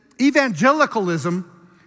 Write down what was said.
evangelicalism